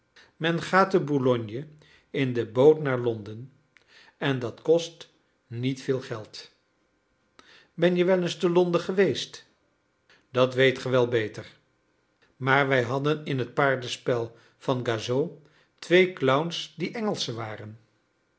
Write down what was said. men gaat te boulogne in de boot naar londen en dat kost niet veel geld ben je wel eens te londen geweest dat weet ge wel beter maar wij hadden in het paardenspel van gassot twee clowns die engelschen waren